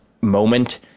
moment